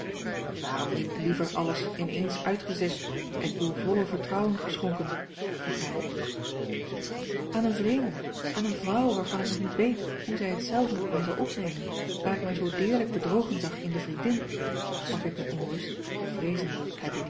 waarom niet liever alles in eens uit gezegd en uw volle vertrouwen geschonken vroeg hij aan een vreemde aan eene vrouw waarvan ik nog niet weet hoe zij het zelve met mij zal opnemen waar ik mij zoo deerlijk bedrogen zag in de vriendin sprak ik in onrust vreezende dat